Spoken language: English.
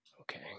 Okay